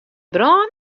brân